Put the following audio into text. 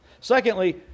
Secondly